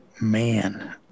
Man